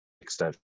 extension